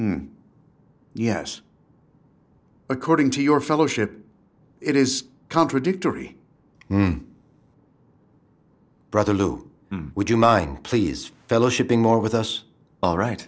yes according to your fellowship it is contradictory brother lou would you mind please fellowshipping more with us all right